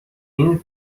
این